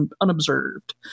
unobserved